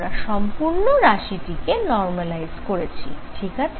আমরা সম্পূর্ণ রাশিটি কে নরমালাইজ করেছি ঠিক আছে